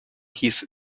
his